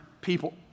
people